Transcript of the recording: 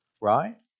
right